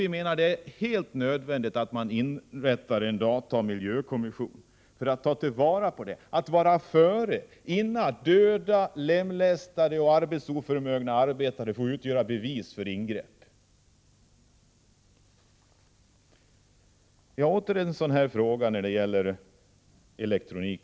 Vi menar att det är helt nödvändigt att inrätta en datamiljökommission för tillvaratagande av dessa erfarenheter, så att man har en beredskap innan det finns döda, lemlästade och arbetsoförmögna människor att visa upp som tvingande skäl för ingrepp.